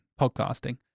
podcasting